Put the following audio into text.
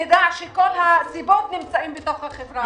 נדע שכל הסיבות נמצאות בתוך החברה הערבית.